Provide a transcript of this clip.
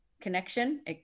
connection